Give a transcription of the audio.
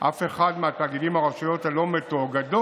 אף אחד מהתאגידים או הרשויות הלא-מתואגדות